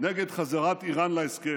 נגד חזרת איראן להסכם.